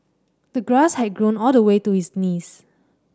the grass had grown all the way to his knees